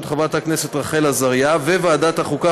חברת הכנסת רחל עזריה וועדת החוקה,